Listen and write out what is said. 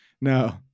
No